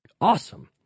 awesome